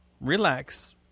Relax